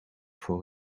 voor